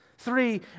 Three